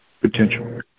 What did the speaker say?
potential